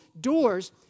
doors